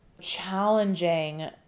challenging